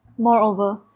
Moreover